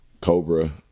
Cobra